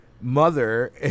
Mother